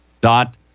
dot